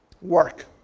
work